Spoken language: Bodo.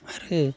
आरो